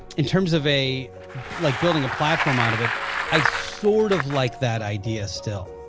in terms of a like building a platform out of it i sort of like that idea still